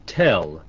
tell